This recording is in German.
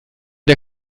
der